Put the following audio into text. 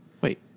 Wait